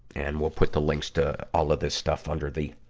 and we'll put the links to all of the stuff under the,